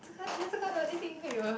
这个 then 这个一定会有